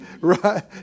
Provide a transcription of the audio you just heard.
right